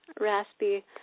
raspy